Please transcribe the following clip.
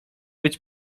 być